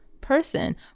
person